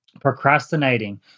procrastinating